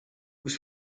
was